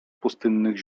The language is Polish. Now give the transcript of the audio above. pustynnych